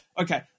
okay